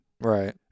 right